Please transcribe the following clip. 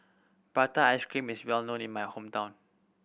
prata ice cream is well known in my hometown